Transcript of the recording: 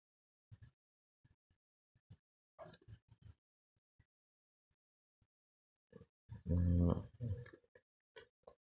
mm